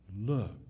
look